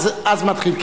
אז מתחיל.